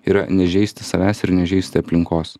yra nežeisti savęs ir nežeisti aplinkos